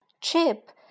Chip